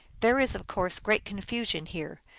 there is, of course, great confusion here,